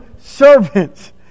servants